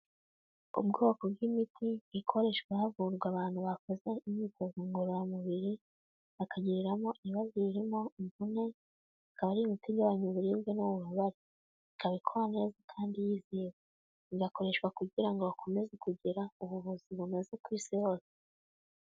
Ubwoko bw'imiti ikoreshwa havurwa abantu bakoze imyitozo ngororamubiri, bakagiriramo ibibazo birimo imvune, ikaba ari imiti igabanya uburibwe n'ububabare, ikaba ikora neza kandi yizewe, igakoreshwa kugira ngo bakomeze kugira ubuvuzi bunoze ku isi hose.